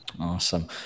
Awesome